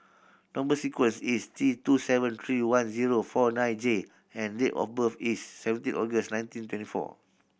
number sequence is T two seven three one zero four nine J and date of birth is seventeen August nineteen twenty four